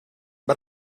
but